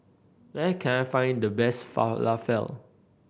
where can I find the best Falafel